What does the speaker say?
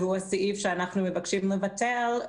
שהוא הסעיף שאנחנו מבקשים לבטל,